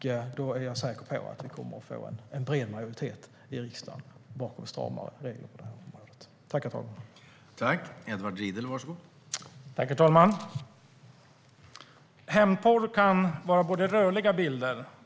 Jag är säker på att en bred majoritet i riksdagen kommer att stå bakom stramare regler på det här området.